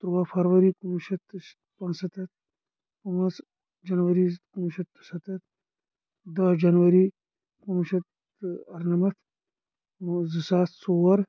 ترٛووا فرؤری کُنوُہ شیٚتھ تہٕ پانٛژ ستتھ پانٛژھ جنوری کُنوُہ شیٚتھ تہٕ ستتھ دہ جنوری کُنوُہ شیٚتھ تہٕ ارنمتھ زٕ ساس ژور